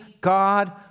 God